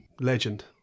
Legend